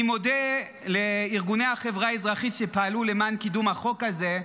אני מודה לארגוני החברה האזרחית שפעלו למען קידום החוק הזה,